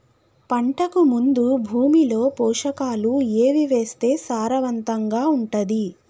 పంటకు ముందు భూమిలో పోషకాలు ఏవి వేస్తే సారవంతంగా ఉంటది?